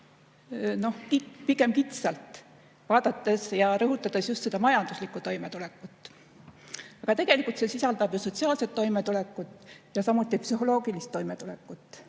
pigem kitsalt, vaadates ja rõhutades just seda majanduslikku toimetulekut. Tegelikult see sisaldab ju ka sotsiaalset toimetulekut, samuti psühholoogilist toimetulekut.